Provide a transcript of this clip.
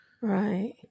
Right